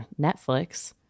Netflix